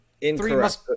Incorrect